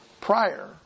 prior